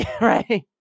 right